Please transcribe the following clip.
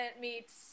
meets